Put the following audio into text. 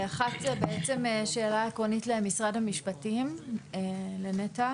אחת זה בעצם שאלה עקרונית למשרד המשפטים, לנטע.